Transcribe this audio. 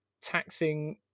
taxing